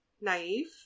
naive